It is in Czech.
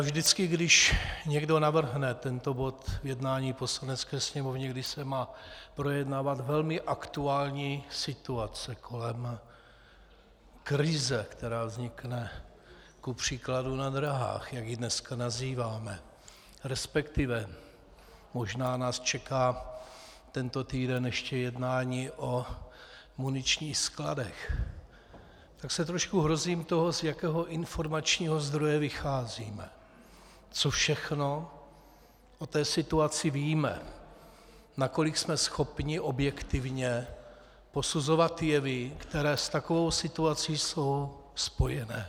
Vždycky, když někdo navrhne tento bod jednání Poslanecké sněmovně, když se má projednávat velmi aktuální situace kolem krize, která vznikne kupříkladu na dráhách, jak ji dneska nazýváme, respektive možná nás čeká tento týden ještě jednání o muničních skladech, tak se trošku hrozím toho, z jakého informačního zdroje vycházíme, co všechno o té situaci víme, nakolik jsme schopni objektivně posuzovat jevy, které s takovou situací jsou spojené.